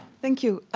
thank you.